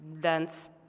dance